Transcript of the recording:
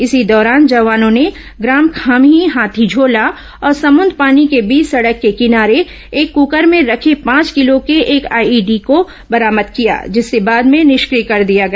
इसी दौरान जवानों ने ग्राम खाम्ही हाथीझोला और समुंदपानी के बीच सड़क के किनारे एक क्कर में रखे पांच किलो के एक आईईडी को बरामद किया जिसे बाद में निष्क्रिय कर दिया गया